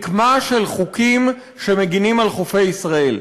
רקמה של חוקים שמגינים על חופי ישראל.